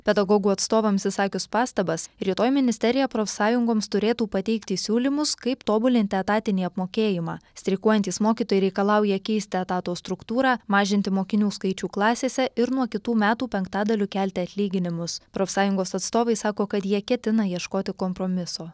pedagogų atstovams išsakius pastabas rytoj ministerija profsąjungoms turėtų pateikti siūlymus kaip tobulinti etatinį apmokėjimą streikuojantys mokytojai reikalauja keisti etato struktūrą mažinti mokinių skaičių klasėse ir nuo kitų metų penktadaliu kelti atlyginimus profsąjungos atstovai sako kad jie ketina ieškoti kompromiso